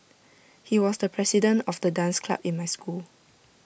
he was the president of the dance club in my school